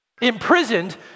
Imprisoned